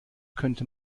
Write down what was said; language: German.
könnte